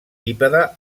bípede